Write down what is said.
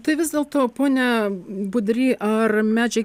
tai vis dėl to pone budry ar medžiai